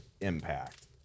impact